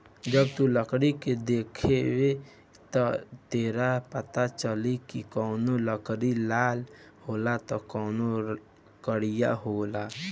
जब तू लकड़ी के देखबे त तोरा पाता चली की कवनो लकड़ी लाल होला त कवनो करिया होला